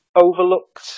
overlooked